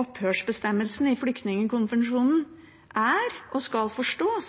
opphørsbestemmelsen i flyktningkonvensjonen er og skal forstås,